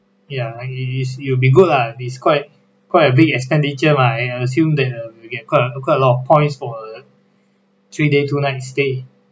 ya it is it'll be good lah this quite quite a bit expenditure lah I assume that uh we get quite a quite a lot of points for three day two nights stay